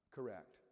Correct